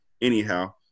Anyhow